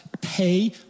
pay